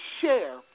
share